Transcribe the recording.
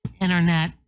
internet